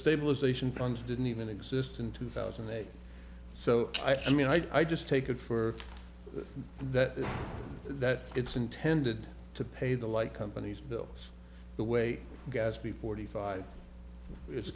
stabilization funds didn't even exist in two thousand and eight so i mean i just take it for that that it's intended to pay the light companies bills the way gaspy forty five